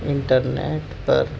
inter net per